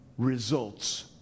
results